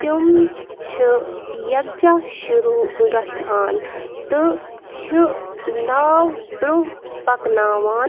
تِم چھِ یَگجاہ شروع گژھان تہٕ چھِ ناو برونٛہہ پکناوان